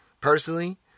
personally